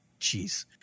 Jeez